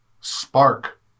spark